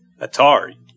Atari